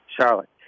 Charlotte